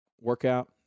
workout